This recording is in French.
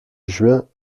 juin